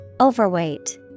Overweight